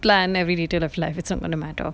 plan every detail of life it's up on the matter